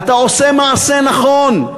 אתה עושה מעשה נכון,